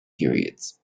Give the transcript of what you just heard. periods